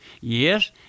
Yes